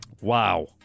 wow